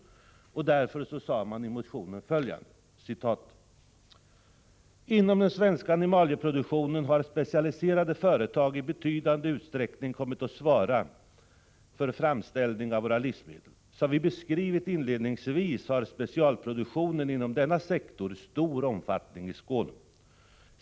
Och i motionen fortsatte man: ”Inom den svenska animalieproduktionen har specialiserade företag i betydande utsträckning kommit att svara för framställning av våra livsmedel. Som vi beskrivit inledningsvis har specialproduktion inom denna sektor stor omfattning i Skåne.